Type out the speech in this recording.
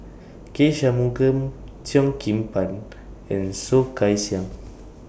K Shanmugam Cheo Kim Ban and Soh Kay Siang